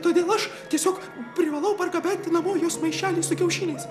todėl aš tiesiog privalau pargabenti namo jos maišelį su kiaušiniais